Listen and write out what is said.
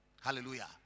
Hallelujah